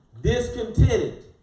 discontented